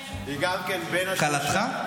כלתך?